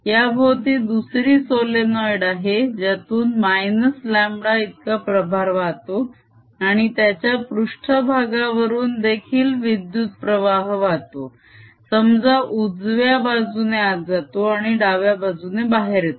याभोवती दुसरी सोलेनोइड आहे ज्यातून -λ इतका प्रभार वाहतो आणि त्याच्या पृष्ट्भागावरून देखील विद्युत प्रवाह वाहतो समजा उजव्या बाजूने आत जातो आणि डाव्या बाजूने बाहेर येतो